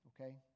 okay